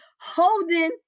Holding